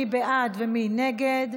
מי בעד ומי נגד?